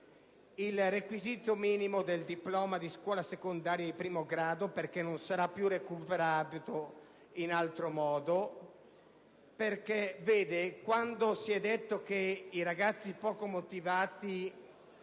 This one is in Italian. il requisito minimo del diploma di scuola secondaria di primo grado, perché non sarà più recuperabile in altro modo. Quando infatti si è detto che i ragazzi poco motivati